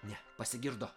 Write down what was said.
ne pasigirdo